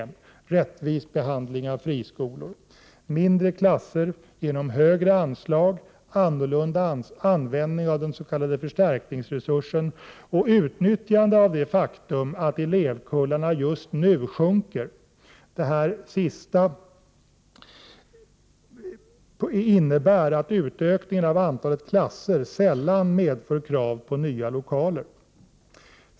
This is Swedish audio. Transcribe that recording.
Mindre klasser genom högre anslag, annorlunda användning av den s.k. förstärkningsresursen och utnyttjande av det faktum att elevkullarna just nu sjunker; det sistnämnda innebär att utökningen av antalet klasser sällan medför krav på nya lokaler.